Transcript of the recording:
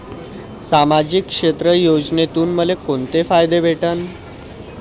सामाजिक क्षेत्र योजनेतून मले कोंते फायदे भेटन?